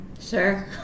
Sure